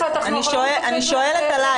אני שואלת עליך.